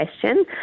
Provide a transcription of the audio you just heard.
question